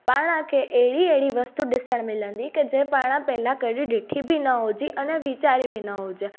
पाण खे अहिड़ी अहिड़ी वस्तू ॾिसणु मिलंदी की जंहिं पाण पहिला कॾहिं ॾिठी बि न हुजी अने वीचारी बि न हुजे